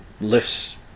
lifts